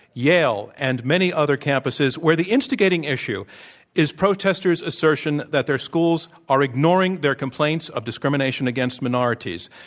yale, and many other campuses, where the instigating issue is protesters' assertion that their schools are ignoring their complaints of discrimination against minorities.